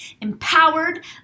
empowered